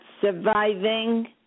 surviving